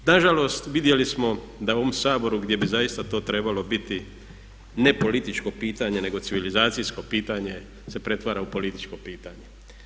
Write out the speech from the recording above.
Nažalost vidjeli smo da u ovom Saboru gdje bi zaista to trebalo biti ne političko pitanje nego civilizacijsko pitanje se pretvara u političko pitanje.